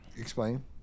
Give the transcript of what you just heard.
Explain